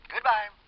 Goodbye